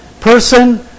person